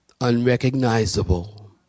Unrecognizable